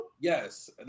Yes